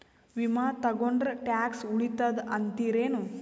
ವಿಮಾ ತೊಗೊಂಡ್ರ ಟ್ಯಾಕ್ಸ ಉಳಿತದ ಅಂತಿರೇನು?